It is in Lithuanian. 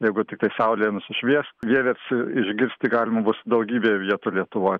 jeigu tiktai saulė nusišvies vieversiu išgirsti galima bus daugybė vietų lietuvoj